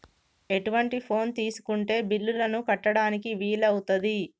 ఎటువంటి ఫోన్ తీసుకుంటే బిల్లులను కట్టడానికి వీలవుతది?